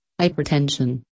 hypertension